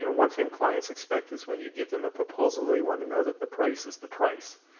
you know one thing clients expect is when you give them a proposal, they want to know that the price is the price.